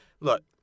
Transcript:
look